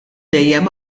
dejjem